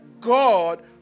God